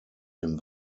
dem